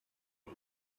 eat